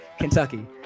Kentucky